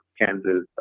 Kansas